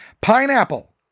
Pineapple